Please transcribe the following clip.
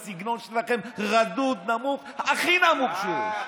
הסגנון שלכם רדוד, נמוך, הכי נמוך שיש.